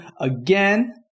again